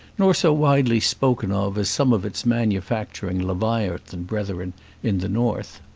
nor so widely spoken of as some of its manufacturing leviathan brethren in the north,